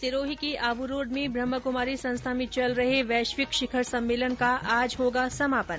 सिरोही के आबू रोड में ब्रहमाकुमारी संस्था में चल रहे वैश्विक शिखर सम्मेलन का आज होगा समापन